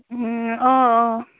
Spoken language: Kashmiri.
آ آ